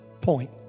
point